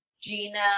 Gina